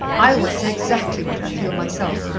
i always say exactly what i feel myself,